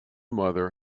mother